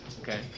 okay